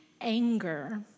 anger